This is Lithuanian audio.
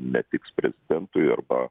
netiks prezidentui arba